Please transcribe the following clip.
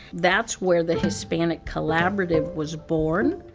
that's where the hispanic collaborative was born.